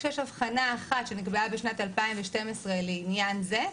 ויש הבחנה אחת שנקבעה בשנת 2012 לעניין זה,